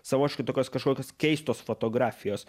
savotiškai tokios kažkokios keistos fotografijos